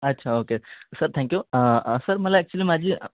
अच्छा okay sir thank you sir मला actually माझी